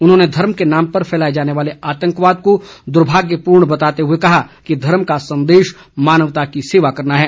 उन्होंने धर्म के नाम पर फैलाए जाने वाले आतंकवाद को दर्भाग्यपूर्ण बताते हए कहा कि धर्म का संदेश मानवता की सेवा करना है